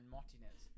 Martinez